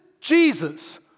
Jesus